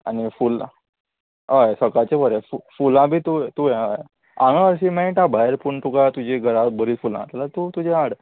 आनी फुलां हय सकाळचें बरें फू फुलां बी तूं तुंयें हय हांगा अशीं मेळटा भायर पूण तुका तुजी घरांत बरी फुलां तूं तुजें हाड